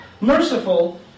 Merciful